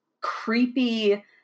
creepy